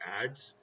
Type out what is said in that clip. ads